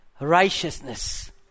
righteousness